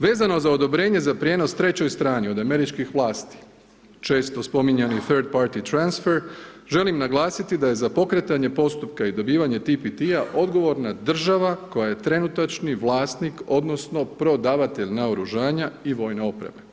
Vezano za odobrenje za prijenos trećoj strani od američkih vlasti često spominjani Frat party transfer želim naglasiti da je za pokretanje postupka i dobivanje TPT-a odgovorna država koja je trenutačni vlasnik odnosno prodavatelj naoružanja i vojne opreme.